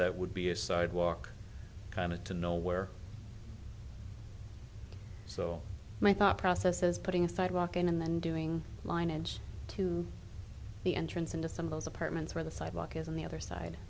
that would be a sidewalk kind of to know where so my thought process is putting five walk in and then doing mine ends to the entrance into some of those apartments where the sidewalk is on the other side